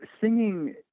singing